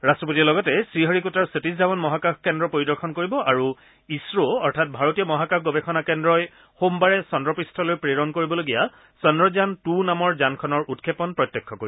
ৰট্টপতিয়ে লগতে শ্ৰীহৰিকোটাৰ সতীশ ধাৱন মহাকাশ কেন্দ্ৰ পৰিদৰ্শন কৰিব আৰু ইছৰো অৰ্থাৎ ভাৰতীয় মহাকাশ গৱেষণা কেন্দ্ৰই সোমবাৰে চন্দ্ৰপৃষ্ঠলৈ প্ৰেৰণ কৰিবলগীয়া চন্দ্ৰযান টু নামৰ যানখনৰ উৎক্ষেপন প্ৰত্যক্ষ কৰিব